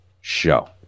show